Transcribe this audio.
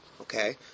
okay